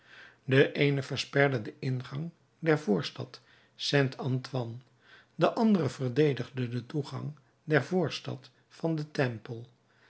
de eene versperde den ingang der voorstad saint antoine de andere verdedigde den toegang der voorstad van den temple